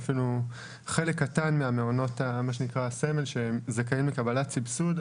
אפילו חלק קטן מהמעונות שזכאים לקבלת סבסוד,